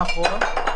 נכון.